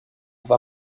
war